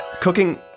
cooking